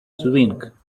swing